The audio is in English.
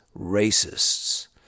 racists